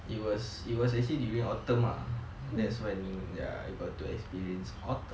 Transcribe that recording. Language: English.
it was it was actually during autumn lah that's when ya I got to experience autumn